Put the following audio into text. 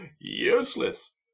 useless